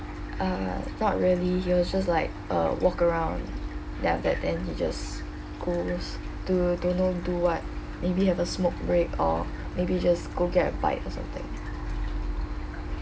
err not really he was just like uh walk around ya that then he just go away to don't know do what maybe have a smoke break or maybe just go get a bite or something